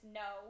no